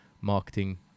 marketing